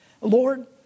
Lord